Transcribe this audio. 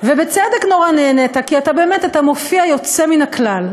ובצדק נורא נהנית, כי אתה מופיע יוצא מן הכלל.